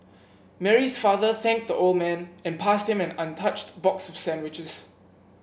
Mary's father thanked the old man and passed him an untouched box of sandwiches